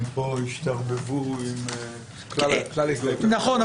הן השתרבבו פה עם כלל ההסתייגויות -- כן,